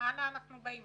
אנה אנחנו באים